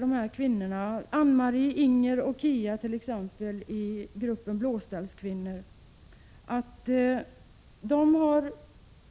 Dessa kvinnor — Ann-Mari, Inger och Kia —- i gruppen Blåställskvinnor säger att de